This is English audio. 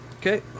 okay